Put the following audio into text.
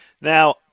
Now